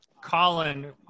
Colin